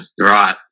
Right